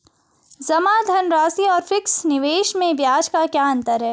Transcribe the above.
जमा धनराशि और फिक्स निवेश में ब्याज का क्या अंतर है?